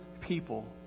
people